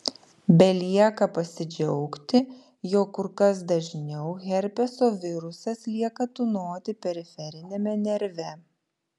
belieka pasidžiaugti jog kur kas dažniau herpeso virusas lieka tūnoti periferiniame nerve